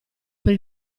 per